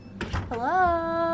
Hello